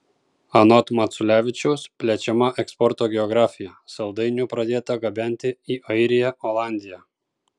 anot maculevičiaus plečiama eksporto geografija saldainių pradėta gabenti į airiją olandiją